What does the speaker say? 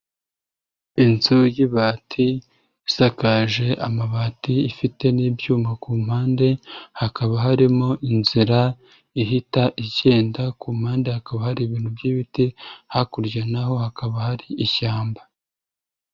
Inzu y'ibati isakaje amabati ifite n'ibyuma ku mpande, hakaba harimo inzira ihita igenda, ku mpande hakaba hari ibintu by'ibiti, hakurya na ho hakaba hari ishyamba.